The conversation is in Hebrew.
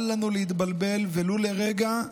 אל לנו להתבלבל ולו לרגע,